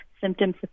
symptoms